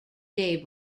day